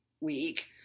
week